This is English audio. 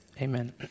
Amen